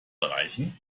reichen